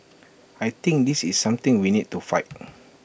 I think this is something we need to fight